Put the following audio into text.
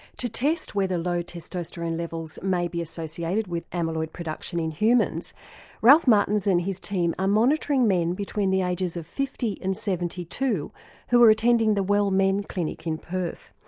to test whether low testosterone levels may be associated with amyloid production in humans ralph martins and his team are monitoring men between the ages of fifty and seventy two who were attending the well men clinic in perth.